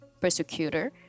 persecutor